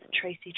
Tracy